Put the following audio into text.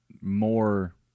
more